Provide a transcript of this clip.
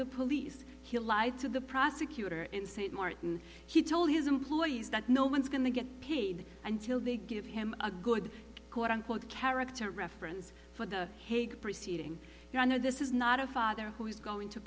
the police he lied to the prosecutor in st maarten he told his employees that no one's going to get paid until they give him a good quote unquote character reference for the hague proceeding your honor this is not a father who going to